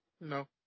No